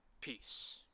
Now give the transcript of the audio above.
peace